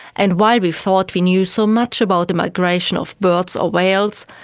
and while we thought we knew so much about the migration of birds or whales,